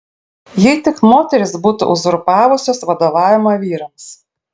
jei tik moterys būtų uzurpavusios vadovavimą vyrams